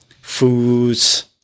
foods